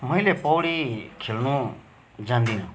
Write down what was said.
मैले पौडी खेल्नु जान्दिनँ